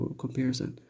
comparison